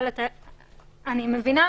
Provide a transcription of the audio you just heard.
אני מבינה,